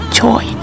joy